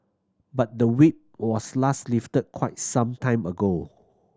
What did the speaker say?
but the Whip was last lifted quite some time ago